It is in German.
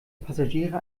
passagiere